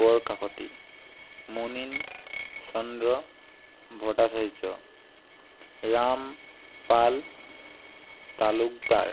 Borkakoti Munin Chandar Bhattacharya Ram Pal Talukdar